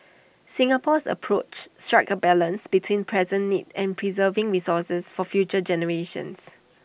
Singapore's approach strikes A balance between present needs and preserving resources for future generations